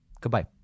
Goodbye